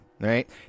right